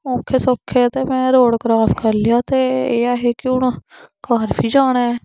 होई ओक्खे सोक्खे ते में रोड क्रास करी लेया ते एह् ऐ ही हुन घर बी जाना